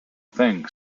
thing